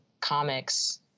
comics